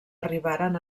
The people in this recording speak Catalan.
arribaren